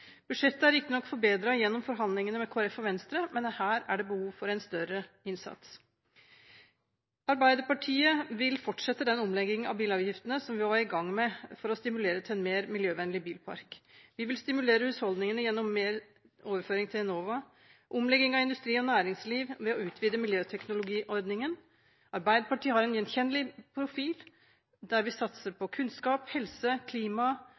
Budsjettet er riktignok forbedret gjennom forhandlingene med Kristelig Folkeparti og Venstre, men her er det behov for en større innsats. Arbeiderpartiet vil fortsette den omleggingen av bilavgiftene vi var i gang med, for å stimulere til en mer miljøvennlig bilpark. Vi vil stimulere husholdningene gjennom økt overføring til Enova og stimulere til omlegging av industri og næringsliv ved å utvide miljøteknologiordningen. Arbeiderpartiet har en gjenkjennelig profil, der vi satser på kunnskap, helse, klima